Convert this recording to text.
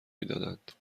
دادند